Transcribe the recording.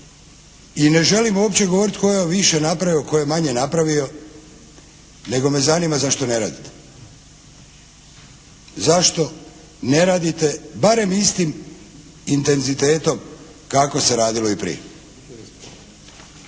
i ne želim uopće govoriti tko je više napravio, tko je manje napravio nego me zanima zašto ne radite. Zašto ne radite barem istim intenzitetom kako se radilo i prije.